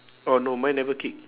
oh no mine never kick